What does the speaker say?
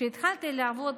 כשהתחלתי לעבוד,